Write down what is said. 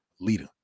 leader